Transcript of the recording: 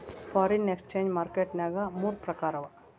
foreign exchange market ನ್ಯಾಗ ಮೂರ್ ಪ್ರಕಾರವ